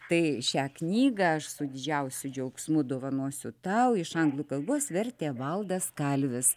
tai šią knygą aš su didžiausiu džiaugsmu dovanosiu tau iš anglų kalbos vertė valdas kalvis